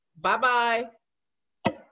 bye-bye